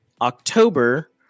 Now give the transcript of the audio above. October